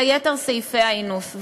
ליתר סעיפי האינוס,